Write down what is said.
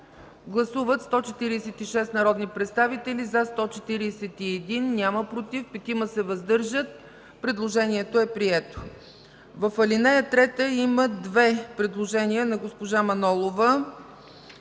Гласували 146 народни представители: за 141, против няма, въздържали се 5. Предложението е прието. В ал. 3 има две предложения на госпожа Манолова.